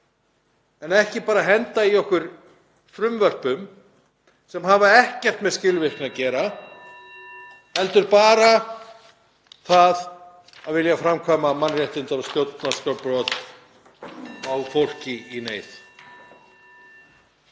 en ekki bara henda í okkur frumvörpum sem hafa ekkert með skilvirkni að gera (Forseti hringir.) heldur bara það að vilja framkvæma mannréttinda- og stjórnarskrárbrot á fólki í neyð.